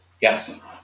Yes